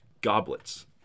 goblets